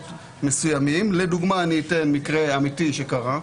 מסוימים לדוגמה אני אתן מקרה אמיתי שקרה,